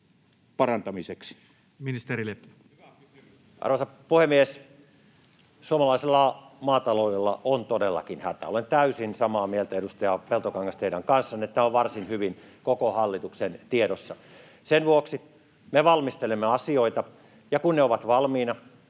ps) Time: 16:07 Content: Arvoisa puhemies! Suomalaisella maataloudella on todellakin hätä. Olen täysin samaa mieltä, edustaja Peltokangas, teidän kanssanne. Tämä on varsin hyvin koko hallituksen tiedossa. Sen vuoksi me valmistelemme asioita, ja kun ne ovat valmiina,